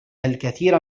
الكثير